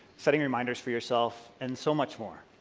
setting reminders for yourself and so much more.